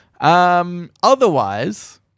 Otherwise